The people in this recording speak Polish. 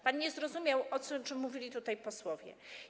Pan nie zrozumiał, o czym mówili tutaj posłowie.